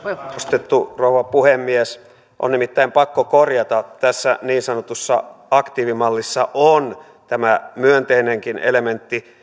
arvostettu rouva puhemies on nimittäin pakko korjata tässä niin sanotussa aktiivimallissa on tämä myönteinenkin elementti